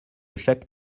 chaque